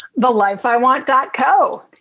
Thelifeiwant.co